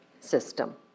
system